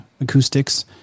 acoustics